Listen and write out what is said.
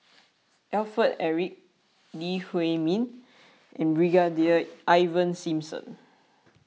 Alfred Eric Lee Huei Min and Brigadier Ivan Simson